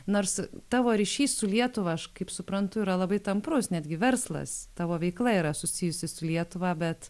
nors tavo ryšys su lietuva aš kaip suprantu yra labai tamprus netgi verslas tavo veikla yra susijusi su lietuva bet